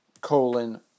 colon